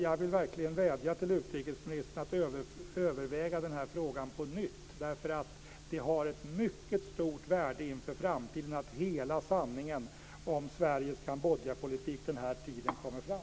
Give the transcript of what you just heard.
Jag vill verkligen vädja till utrikesministern att överväga frågan på nytt därför att det har ett mycket stort värde inför framtiden att hela sanningen om Sveriges Kambodjapolitik den här tiden kommer fram.